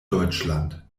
deutschland